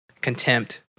contempt